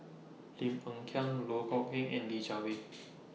Lim Hng Kiang Loh Kok Heng and Li Jiawei